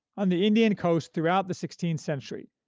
on the indian coast throughout the sixteenth century,